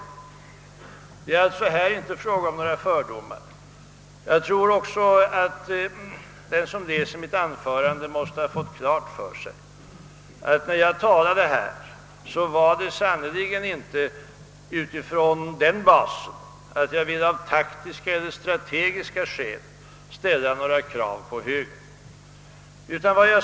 Det är här alltså inte fråga om några fördomar. Jag tror också att den som läser mitt anförande får klart för sig att jag sannerligen inte höll det i syfte att av taktiska eller strategiska skäl polemisera med högern.